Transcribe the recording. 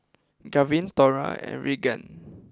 Garvin Thora and Reagan